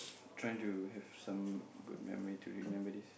trying to have some good memory to remember this